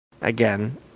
again